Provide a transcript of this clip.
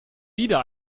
wieder